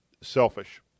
selfish